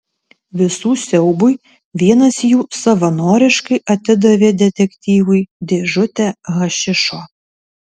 visų siaubui vienas jų savanoriškai atidavė detektyvui dėžutę hašišo